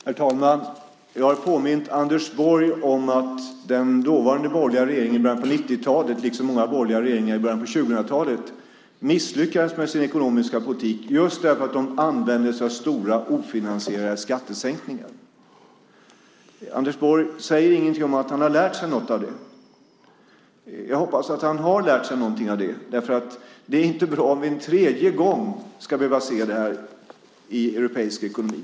Herr talman! Jag har påmint Anders Borg om att den dåvarande borgerliga regeringen i början på 90-talet liksom många borgerliga regeringar i början på 2000-talet misslyckades med sin ekonomiska politik just därför att de använde sig av stora ofinansierade skattesänkningar. Anders Borg säger ingenting om att han har lärt sig något av det. Jag hoppas att han har lärt sig något av det. Det är inte bra om vi en tredje gång ska behöva se det i europeisk ekonomi.